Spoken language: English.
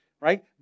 right